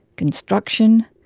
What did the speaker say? construction,